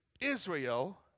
Israel